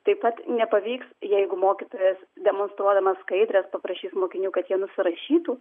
taip pat nepavyks jeigu mokytojas demonstruodamas skaidres paprašys mokinių kad jie nusirašytų